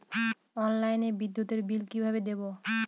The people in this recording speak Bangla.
অনলাইনে বিদ্যুতের বিল কিভাবে দেব?